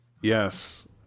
Yes